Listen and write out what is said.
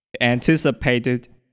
anticipated